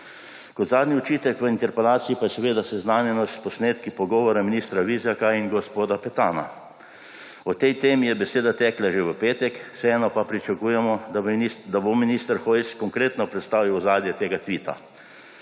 Kot zadnji očitek v interpelaciji pa je seveda seznanjenost s posnetki pogovora ministra Vizjaka in gospoda Petana. O tej temi je beseda tekla že v petek, vseeno pa pričakujemo, da bo minister Hojs konkretno predstavil ozadje tega tvita.